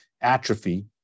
atrophy